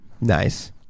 Nice